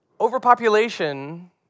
Overpopulation